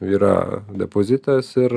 yra depozitas ir